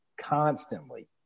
constantly